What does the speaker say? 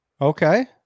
Okay